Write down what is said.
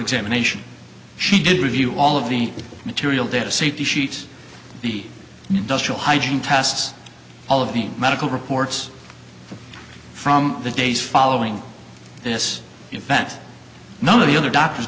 examination she did review all of the material data safety sheets the industrial hygiene tests all of the medical reports from the days following this event none of the other doctors